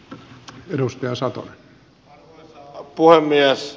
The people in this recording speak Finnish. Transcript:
arvoisa puhemies